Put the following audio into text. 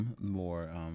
More